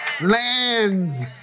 Lands